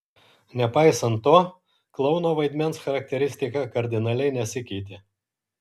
nepaisant to klouno vaidmens charakteristika kardinaliai nesikeitė